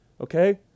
okay